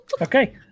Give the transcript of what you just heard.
Okay